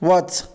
वच